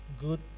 good